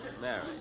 Mary